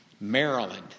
Maryland